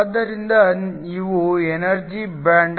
ಆದ್ದರಿಂದ ಇವು energy band